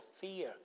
fear